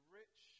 rich